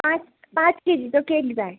पांच पांच केजीचो केक जाय